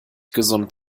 gesund